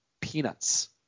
peanuts